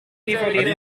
dvds